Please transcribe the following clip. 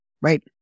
right